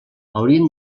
haurien